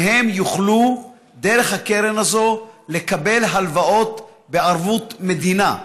שיוכלו דרך הקרן הזאת לקבל הלוואות בערבות מדינה.